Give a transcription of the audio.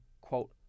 quote